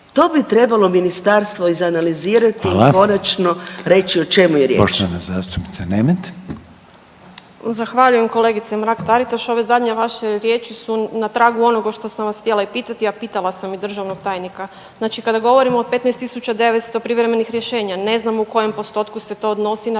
To bi trebalo ministarstvo izanalizirati i konačno reći o čemu je riječ.